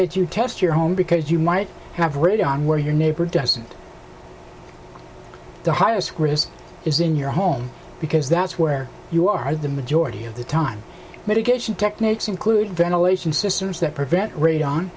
that you test your home because you might have radon where your neighbor doesn't the highest risk is in your home because that's where you are the majority of the time mitigation techniques include ventilation systems that prevent ra